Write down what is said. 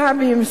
סבים,